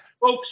folks